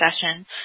session